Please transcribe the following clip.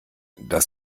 dass